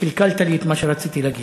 קלקלת לי את מה שרציתי להגיד.